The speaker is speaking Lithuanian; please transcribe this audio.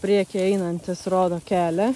prieky einantis rodo kelią